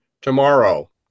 tomorrow